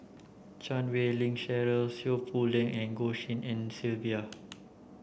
Chan Wei Ling Cheryl Seow Poh Leng and Goh Tshin En Sylvia